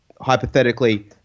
hypothetically